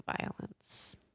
violence